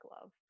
love